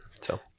So-